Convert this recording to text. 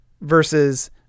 versus